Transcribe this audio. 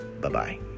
Bye-bye